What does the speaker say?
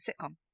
sitcom